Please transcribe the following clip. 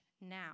now